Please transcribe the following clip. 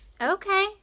Okay